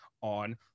on